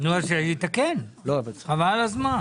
כאן הסכמנו